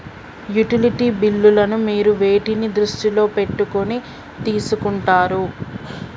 Utility బిల్లులను మీరు వేటిని దృష్టిలో పెట్టుకొని తీసుకుంటారు?